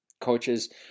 coaches